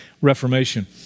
Reformation